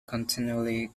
continually